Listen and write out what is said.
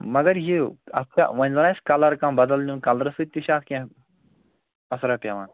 مگر یہِ اَتھ چھا وۄنۍ زَنہٕ آسہِ کَلر کانٛہہ بَدل نیُن کَلرٕ سۭتۍ تہِ چھا اَتھ کیٚنہہ اثرا پٮ۪وان